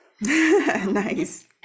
Nice